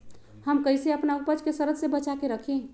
हम कईसे अपना उपज के सरद से बचा के रखी?